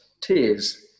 tears